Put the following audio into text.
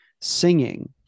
singing